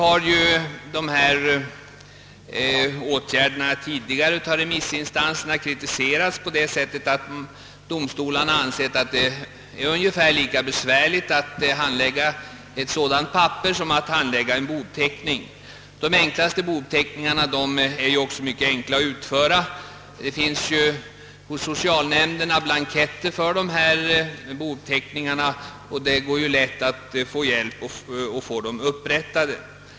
Dessa förslag har tidigare kritiserats av remissinstanserna med anledning av att domstolen ansett, att det är ungefär lika besvärligt att handlägga ett sådant papper som att handlägga en bouppteckning. De enklaste bouppteckningarna är också mycket lätta att utföra. Det finns på socialnämnderna blanketter tillgängliga för detta ändamål, och det föreligger även möjlighet att få hjälp med upprättandet av dessa bouppteckningar.